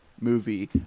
movie